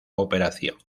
operación